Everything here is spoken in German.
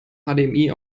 hdmi